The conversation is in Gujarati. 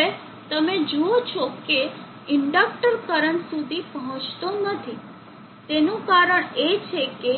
હવે તમે જુઓ છો કે ઇન્ડકટર કરંટ ILref સુધી પહોંચતો નથી તેનું કારણ એ છે કે